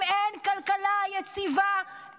אם אין כלכלה יציבה,